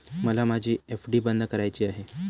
मला माझी एफ.डी बंद करायची आहे